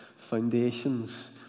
Foundations